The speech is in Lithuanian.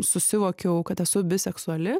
susivokiau kad esu biseksuali